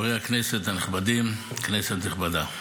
חברי הכנסת הנכבדים, כנסת נכבדה,